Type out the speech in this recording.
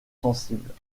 sensibles